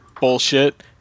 bullshit